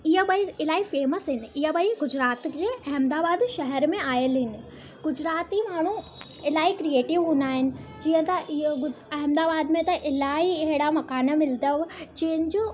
इहे ॿई इलाही फेमस आहिनि इहे ॿई गुजरात जे अहमदाबाद शहर में आयलु आहिनि गुजराती माण्हू इलाही क्रिएटिव हूंदा आहिनि जीअं त इहे गुजरात अहमदाबाद में त इलाही अहिड़ा माण्हू कान मिलंदव जंहिंजो